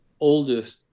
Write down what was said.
oldest